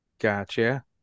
Gotcha